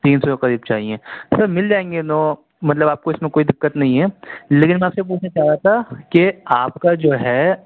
تین سو کے قریب چاہئیں سر مل جائیں گے نو مطلب آپ کو اس میں کوئی دقت نہیں ہے لیکن میں آپ سے یہ پوچھنا چاہ رہا تھا کہ آپ کا جو ہے